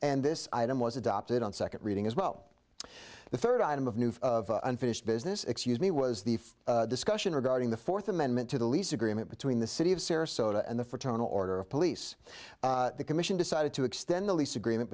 and this item was adopted on second reading as well the third item of news of unfinished business excuse me was the discussion regarding the fourth amendment to the lease agreement between the city of sarasota and the fraternal order of police the commission decided to extend the lease agreement